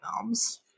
films